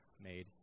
made